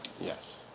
Yes